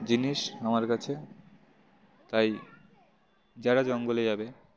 জিনিস আমার কাছে তাই যারা জঙ্গলে যাবে